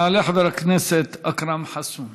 יעלה חבר הכנסת אכרם חסון.